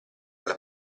alla